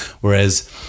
Whereas